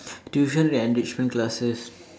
tuition and enrichment classes